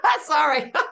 Sorry